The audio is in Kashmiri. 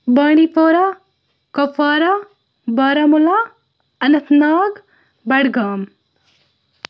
بانڈی پورہ کۄپوارہ بارہمولہ اننت ناگ بڈگام